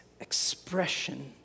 expression